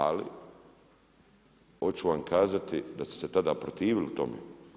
Ali, hoću vam kazati da ste se tada protivi tome.